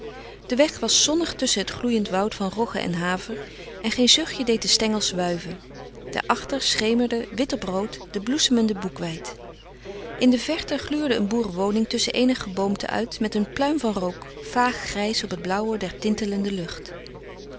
de weg was zonnig tusschen het gloeiend goud van rogge en haver en geen zuchtje deed de stengels wuiven daarachter schemerde wit op rood de bloesemende boekweit in de verte gluurde een boerenwoning tusschen eenig geboomte uit met een pluim van rook vaag grijs op het blauw der tintelende lucht